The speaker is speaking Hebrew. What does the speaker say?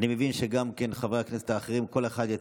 לפני הודעת